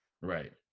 Right